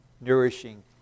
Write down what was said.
nourishing